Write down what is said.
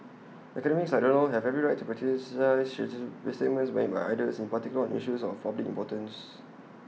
academics like Donald have every right to criticise statements made by others in particular on issues of public importance